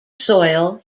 soil